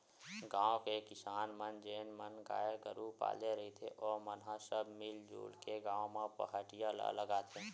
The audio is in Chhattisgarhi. गाँव के किसान मन जेन मन गाय गरु पाले रहिथे ओमन ह सब मिलजुल के गाँव म पहाटिया ल लगाथे